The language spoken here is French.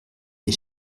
des